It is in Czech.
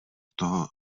tohoto